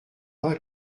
pas